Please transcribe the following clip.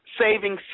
Saving